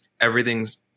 Everything's